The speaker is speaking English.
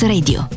Radio